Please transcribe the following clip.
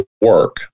work